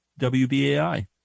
WBAI